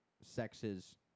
sexes